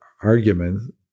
argument